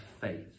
faith